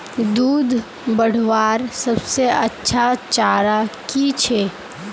दूध बढ़वार सबसे अच्छा चारा की छे?